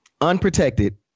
unprotected